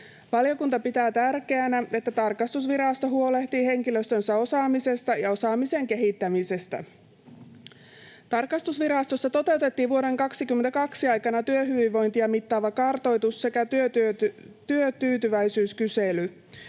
Valiokunta pitää tärkeänä, että tarkastusvirasto huolehtii henkilöstönsä osaamisesta ja osaamisen kehittämisestä. Tarkastusvirastossa toteutettiin vuoden 22 aikana työhyvinvointia mittaava kartoitus sekä työtyytyväisyyskysely.